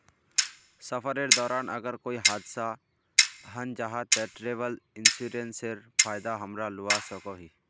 सफरेर दौरान अगर कोए हादसा हन जाहा ते ट्रेवल इन्सुरेंसर फायदा हमरा लुआ सकोही